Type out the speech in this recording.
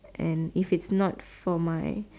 and if it's from my